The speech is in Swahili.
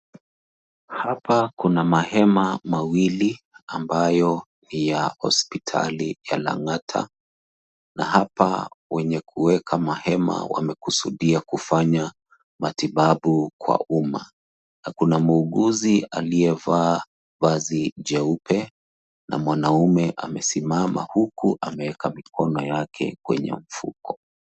Hapa kuna mahema mawili ambayo ni ya hospitali ya Langata na hapa wenye kueka mahema wamekusudia kufanya matibabu kwa umma. Hakuna muuguzi alievaa vazi jeupe na mwanaume amesimama huku ameeka mikono yake kwenye mfuko.